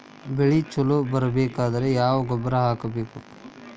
ಬೆಳಿ ಛಲೋ ಬರಬೇಕಾದರ ಯಾವ ಗೊಬ್ಬರ ಹಾಕಬೇಕು?